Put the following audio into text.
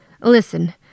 Listen